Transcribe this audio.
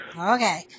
Okay